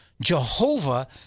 Jehovah